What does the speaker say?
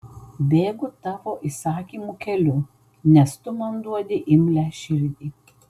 bėgu tavo įsakymų keliu nes tu man duodi imlią širdį